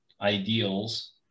ideals